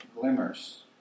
glimmers